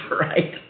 right